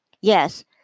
Yes